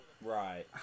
right